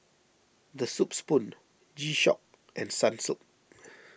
the Soup Spoon G Shock and Sunsilk